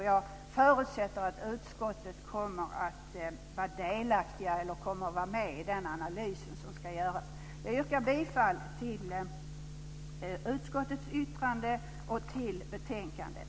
Jag förutsätter att utskottet kommer att ta till sig den analys som ska göras. Jag yrkar bifall till utskottets förslag i betänkandet